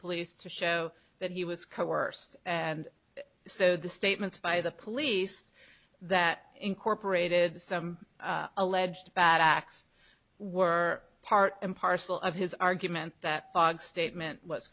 police to show that he was coerced and so the statements by the police that incorporated some alleged bad acts were part and parcel of his argument that fog statement w